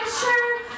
sure